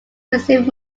received